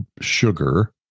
sugar